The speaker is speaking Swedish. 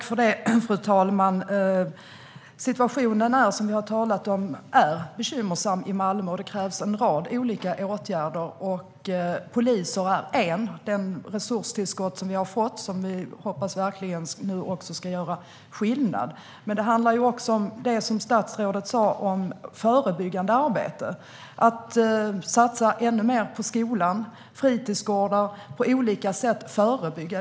Fru talman! Situationen är som sagt bekymmersam i Malmö. Det krävs en rad olika åtgärder. Poliser är en åtgärd. Vi har fått ett resurstillskott och hoppas att det verkligen ska göra skillnad. Men det handlar, som statsrådet sa, också om förebyggande arbete. Det handlar om att satsa ännu mer på skolan, på fritidsgårdar och på att på olika sätt förebygga.